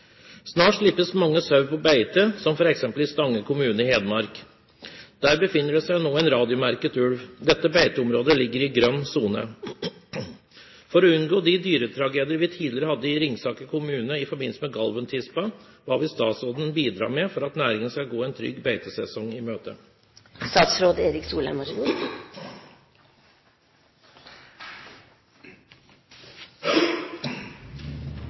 slippes mange sau ut på beite, som f.eks. i Stange kommune i Hedmark. Der befinner det seg nå en radiomerket ulv. Dette beiteområdet ligger i grønn sone. For å unngå de dyretragedier vi tidligere hadde i Ringsaker kommune i forbindelse med Galven-tispa, hva vil statsråden bidra med for at næringen skal gå en trygg beitesesong i møte?»